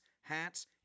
hats